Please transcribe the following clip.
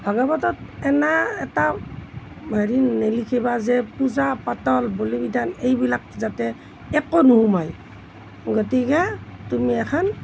ভাগৱতত এনে এটা হেৰি নিলিখিবা যে পূজা পাতল বলি বিধান এইবিলাক যাতে একো নোসোমায় গতিকে তুমি এখন